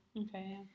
okay